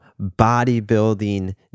bodybuilding